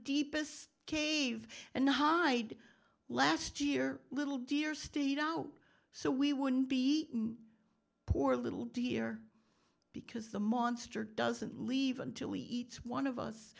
deepest cave and hide last year a little deer stayed out so we wouldn't be poor little dear because the monster doesn't leave until we eat one of us